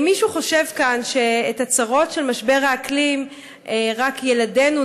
אם מישהו כאן חושב שאת הצרות של משבר האקלים רק ילדינו,